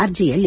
ಅರ್ಜಿಯಲ್ಲಿ